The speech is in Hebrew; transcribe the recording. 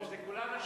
וזה כולם לחרדים?